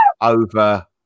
over